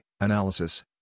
analysis